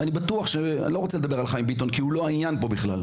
ואני לא רוצה לדבר על חיים ביטון כי הוא לא העניין פה בכלל.